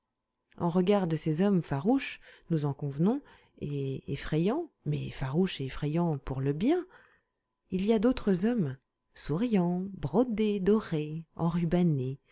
en regard de ces hommes farouches nous en convenons et effrayants mais farouches et effrayants pour le bien il y a d'autres hommes souriants brodés dorés enrubannés